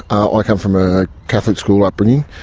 i come from a catholic school upbringing,